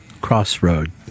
Crossroad